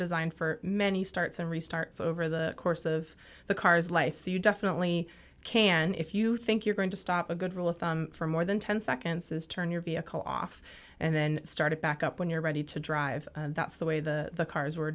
designed for many starts and restarts over the course of the car's life so you definitely can if you think you're going to stop a good rule of thumb for more than ten seconds is turn your vehicle off and then started back up when you're ready to drive that's the way the cars were